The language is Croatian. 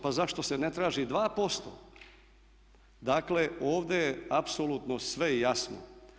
Pa zašto se ne traži 2% Dakle, ovdje je apsolutno sve jasno.